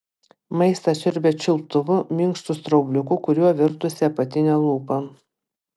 maistą siurbia čiulptuvu minkštu straubliuku kuriuo virtusi apatinė lūpa